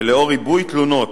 ולאור ריבוי תלונות